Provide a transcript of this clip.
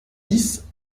dix